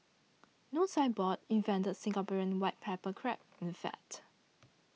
No Signboard invented Singaporean white pepper crab in fact